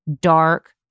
dark